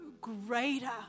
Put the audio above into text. greater